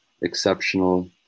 exceptional